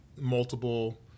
multiple